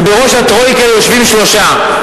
ובראש הטרויקה יושבים שלושה: